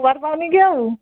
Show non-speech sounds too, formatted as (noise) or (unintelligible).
(unintelligible) ପାଉନି କି ଆଉ